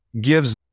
gives